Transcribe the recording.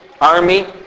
army